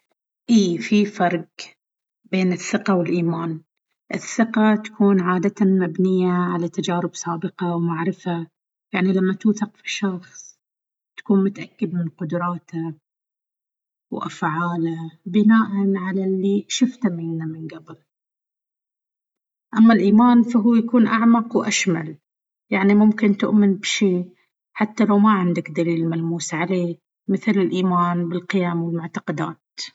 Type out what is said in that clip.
إيه، في فرق بين الثقة والإيمان. الثقة تكون عادة مبنية على تجارب سابقة ومعرفة، يعني لما توثق في شخص، تكون متأكد من قدراته وأفعاله بناءً على اللي شفته منه قبل. أما الإيمان، فهو يكون أعمق وأشمل، يعني ممكن تؤمن بشيء حتى لو ما عندك دليل ملموس عليه، مثل الإيمان بالقيم و المعتقدات.